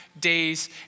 days